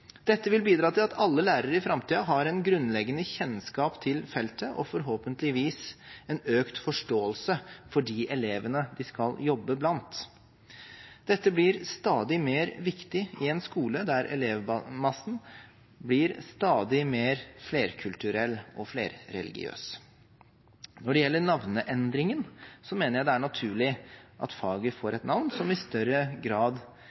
Dette vil bidra til at alle lærere i framtiden har en grunnleggende kjennskap til feltet, og forhåpentligvis en økt forståelse for de elevene de skal jobbe blant. Dette blir stadig mer viktig i en skole der elevmassen blir stadig mer flerkulturell og flerreligiøs. Når det gjelder navneendringen, mener jeg det er naturlig at faget får et navn som i større grad